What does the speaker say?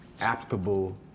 applicable